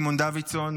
סימון דוידסון,